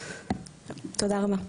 תודה רבה.